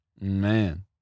man